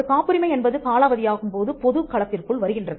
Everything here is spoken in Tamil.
ஒரு காப்புரிமை என்பது காலாவதியாகும் போது பொது களத்திற்குள் வருகின்றது